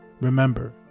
Remember